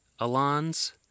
Alans